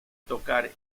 tocar